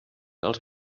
als